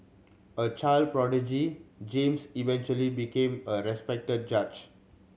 a child prodigy James eventually became a respected judge